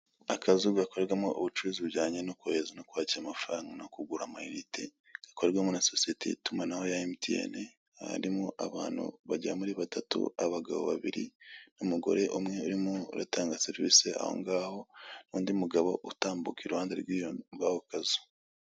Akazu gakorerwamo ubucuruzi bujyanye no kohereza no kwakira amafaranga no kugura amayinite, gakorerwamo na sosiyete y'itumanaho ya MTN harimo abantu bagera muri batatu, abagabo babiri n'umugore umwe urimo uratanga serivise aho ngaho, n'undi mugabo utambuka i ruhande rw'ako kazu